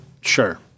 Sure